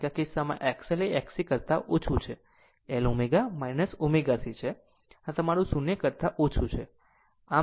કારણ કે આ કિસ્સામાં XL એ Xc કરતા ઓછુ છે L ω ω c છે આ તમારું 0 કરતા ઓછું છે